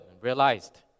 realized